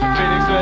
Phoenix